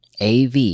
av